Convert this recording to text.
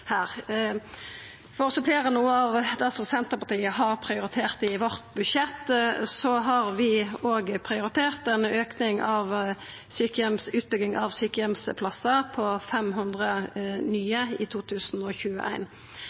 For å supplera noko av det som Senterpartiet har prioritert i vårt budsjett: Vi har òg prioritert ein auke i utbygging av sjukeheimsplassar, 500 nye i